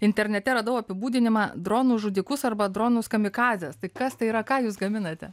internete radau apibūdinimą dronus žudikus arba dronus kamikadzes tai kas tai yra ką jūs gaminate